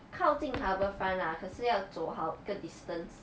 靠近 harbourfront lah 可是要走好个 distance